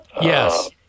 yes